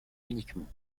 uniquement